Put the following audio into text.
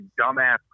dumbass